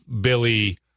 Billy